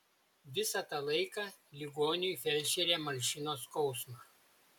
visą tą laiką ligoniui felčerė malšino skausmą